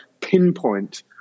pinpoint